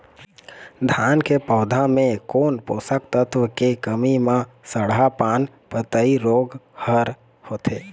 धान के पौधा मे कोन पोषक तत्व के कमी म सड़हा पान पतई रोग हर होथे?